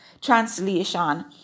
translation